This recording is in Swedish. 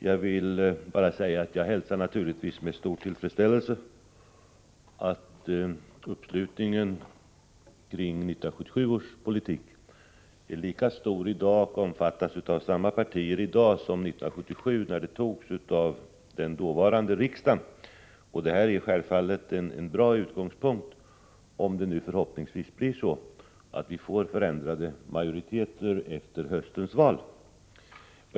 Jag vill bara säga att jag naturligtvis hälsar med stor tillfredsställelse att uppslutningen kring 1977 års politik är lika stor i dag och omfattas av samma partier i dag som 1977, när det förslaget antogs av den dåvarande riksdagen. Detta är självfallet en bra utgångspunkt — om det blir så, vilket jag hoppas, att vi får förändrad majoritet efter höstens val.